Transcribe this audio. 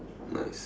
nice